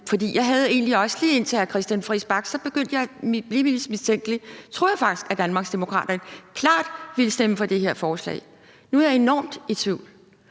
for jeg havde egentlig også troet, lige indtil hr. Christian Friis Bach kom på, hvor jeg begyndte at blive lidt mistænksom, at Danmarksdemokraterne klart ville stemme for det her forslag. Nu er jeg enormt i tvivl.